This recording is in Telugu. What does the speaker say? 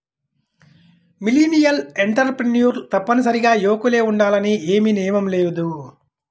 మిలీనియల్ ఎంటర్ప్రెన్యూర్లు తప్పనిసరిగా యువకులే ఉండాలని ఏమీ నియమం లేదు